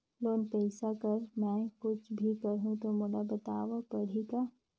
Loan पइसा कर मै कुछ भी करहु तो मोला बताव पड़ही का?